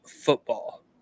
football